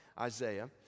Isaiah